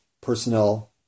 personnel